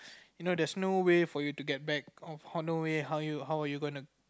you know there's no way for you to get back how you how are you gonna